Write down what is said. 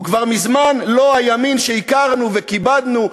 הוא כבר מזמן לא הימין שהכרנו וכיבדנו,